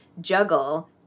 juggle